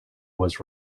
was